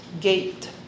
gate